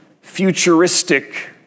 futuristic